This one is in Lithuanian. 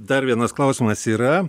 dar vienas klausimas yra